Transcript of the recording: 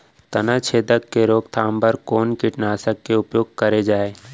तनाछेदक के रोकथाम बर कोन कीटनाशक के उपयोग करे जाये?